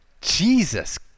Jesus